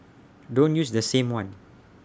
don't use the same one